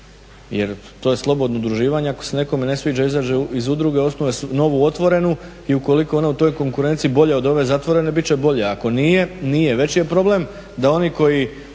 jer to je slobodno udruživanje i ako se nekome ne sviđa izađe iz udruge, osnuje novu otvorenu i ukoliko je ona u toj konkurenciji bolja od ove zatvorene bit će bolja, a ako nije nije. Veći je problem da oni koji